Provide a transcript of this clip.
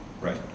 Right